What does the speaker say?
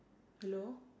hello